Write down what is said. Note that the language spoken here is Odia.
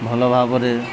ଭଲ ଭାବରେ